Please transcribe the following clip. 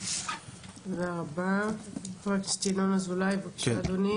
חבר הכנסת ינון אזולאי, בבקשה אדוני.